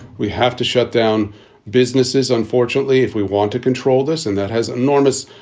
we have to shut down businesses. unfortunately, if we want to control this. and that has enormous.